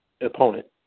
opponent